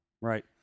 Right